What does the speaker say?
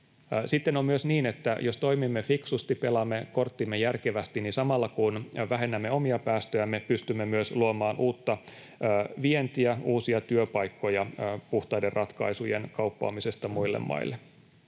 Sitten on myös niin, että jos toimimme fiksusti, pelaamme korttimme järkevästi, niin samalla, kun vähennämme omia päästöjä, me pystymme myös luomaan uutta vientiä, uusia työpaikkoja puhtaiden ratkaisujen kauppaamisesta muille maille.